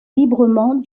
librement